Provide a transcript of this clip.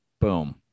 Boom